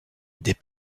des